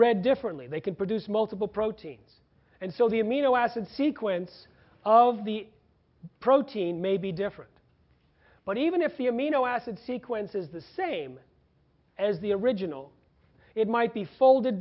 read differently they can produce multiple proteins and so the amino acid sequence of the protein may be different but even if the amino acid sequence is the same as the original it might be folded